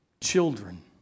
Children